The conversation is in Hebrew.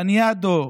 לניאדו,